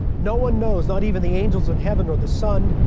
no one knows, not even the angels in heaven, nor the son,